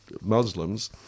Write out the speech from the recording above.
Muslims